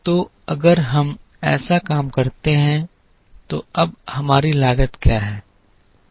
तो अगर हम ऐसा काम करते हैं तो अब हमारी लागत क्या है